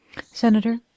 Senator